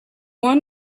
one